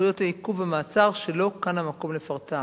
סמכויות העיכוב והמעצר שלא כאן המקום לפרטם.